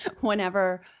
whenever